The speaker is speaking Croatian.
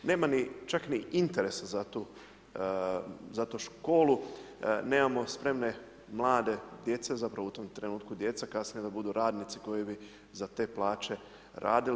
Nema čak ni interesa za tu školu, nemamo spremne mlade djece, zapravo u tom trenutku djeca, kasnije da budu radnici koji bi za te plaće radili.